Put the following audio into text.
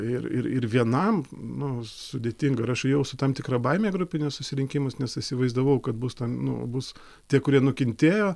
ir ir ir vienam nu sudėtinga ir aš ėjau su tam tikra baime į grupinius susirinkimus nes įsivaizdavau kad bus nu bus tie kurie nukentėjo